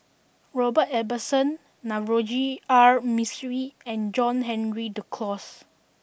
Robert Ibbetson Navroji R Mistri and John Henry Duclos